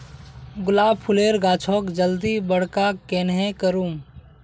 गुलाब फूलेर गाछोक जल्दी बड़का कन्हे करूम?